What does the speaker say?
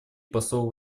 посол